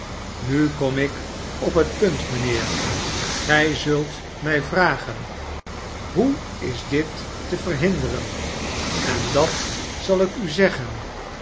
nu kom ik op het punt mijnheer gij zult mij vragen hoe is dit te verhinderen en dat zal ik u zeggen